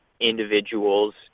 individuals